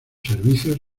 servicios